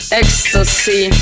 ecstasy